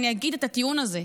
ואני אגיד את הטיעון הזה,